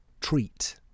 Treat